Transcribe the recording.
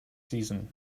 season